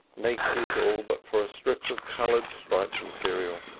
naked all but for a strip of coloured striped material.